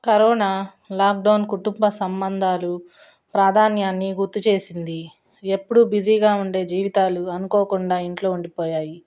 corona lockdown కుటుంబ సంబంధాలు ప్రాధాన్యాన్ని గుర్తు చేసింది ఎప్పుడు బిజీగా ఉండే జీవితాలు అనుకోకుండా ఇంట్లో ఉండిపోయాయి